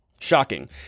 shocking